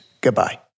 Goodbye